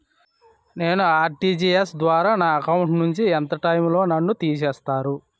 నేను ఆ.ర్టి.జి.ఎస్ ద్వారా నా అకౌంట్ నుంచి ఎంత టైం లో నన్ను తిసేస్తారు?